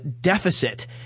deficit